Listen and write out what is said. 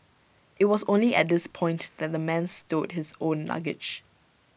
IT was only at this point that the man stowed his own luggage